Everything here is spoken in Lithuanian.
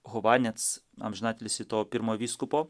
hovanets amžinatilsį to pirmo vyskupo